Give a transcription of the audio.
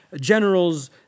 generals